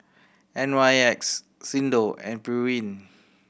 N Y X Xndo and Pureen